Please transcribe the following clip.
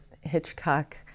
Hitchcock